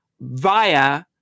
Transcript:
via